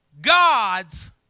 God's